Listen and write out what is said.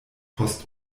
post